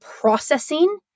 processing